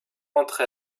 entre